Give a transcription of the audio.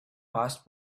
passed